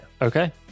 Okay